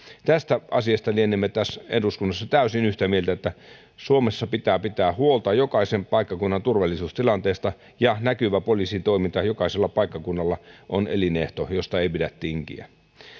tästä asiasta lienemme täällä eduskunnassa täysin yhtä mieltä että suomessa pitää pitää huolta jokaisen paikkakunnan turvallisuustilanteesta ja näkyvä poliisitoiminta jokaisella paikkakunnalla on elinehto josta ei pidä tinkiä